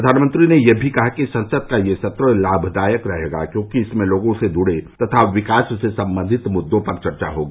प्रधानमंत्री ने यह भी कहा कि संसद का यह सत्र् लामदायक रहेगा क्योंकि इसमें लोगों से जुड़े तथा विकास से सम्बंधित मुद्दो पर चर्चा होगी